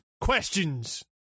Questions